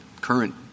current